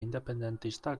independentista